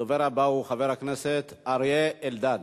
הדובר הבא הוא חבר הכנסת אריה אלדד.